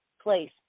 place